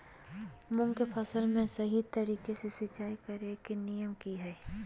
मूंग के फसल में सही तरीका से सिंचाई करें के नियम की हय?